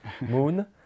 moon